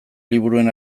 liburuen